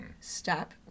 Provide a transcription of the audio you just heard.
Stop